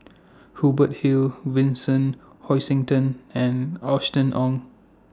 Hubert Hill Vincent Hoisington and Austen Ong